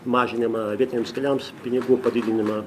mažinimą vietiniams keliams pinigų padidinimą